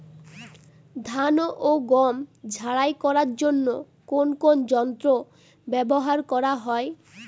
ধান ও গম ঝারাই করার জন্য কোন কোন যন্ত্র ব্যাবহার করা হয়?